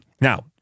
Now